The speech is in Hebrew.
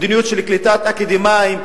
מדיניות של קליטת אקדמאים,